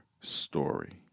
story